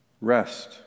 rest